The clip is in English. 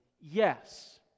Yes